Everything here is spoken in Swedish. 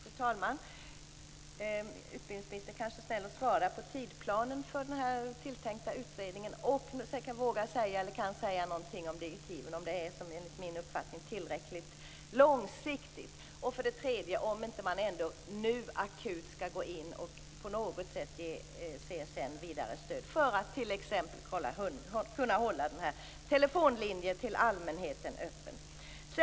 Fru talman! Utbildningsministern kanske vill vara snäll och redogöra för tidsplanen för den tilltänkta utredningen. Han kanske också kan säga något om direktiven och om de, i enlighet med min uppfattning, är tillräckligt långsiktiga. Han kanske även kan svara på frågan om man nu inte akut skall gå in och på något sätt ge CSN vidare stöd för att t.ex. hålla telefonlinjen till allmänheten öppen.